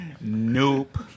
Nope